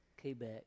Quebec